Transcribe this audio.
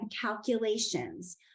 calculations